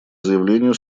заявлению